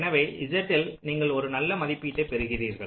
எனவே Z ல் நீங்கள் ஒரு நல்ல மதிப்பீட்டை பெறுகிறீர்கள்